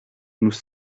nous